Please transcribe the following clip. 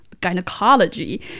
gynecology